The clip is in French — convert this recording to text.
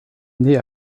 naît